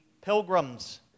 pilgrims